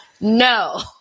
No